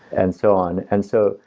and so on. and so,